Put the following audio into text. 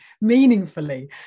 meaningfully